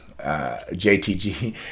JTG